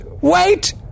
wait